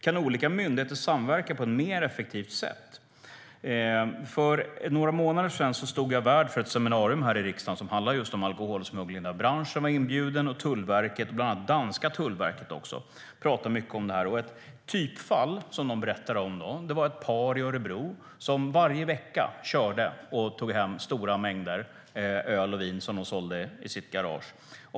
Kan olika myndigheter samverka på ett mer effektivt sätt? För några månader var jag värd för ett seminarium här i riksdagen som handlade just om alkoholsmuggling. Bland annat branschen, Tullverket och det danska tullverket var inbjudna. Ett typfall som det berättades om var ett par i Örebro som varje vecka reste och tog hem stora mängder öl och vin som sedan såldes i deras garage.